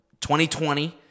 2020